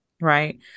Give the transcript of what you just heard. right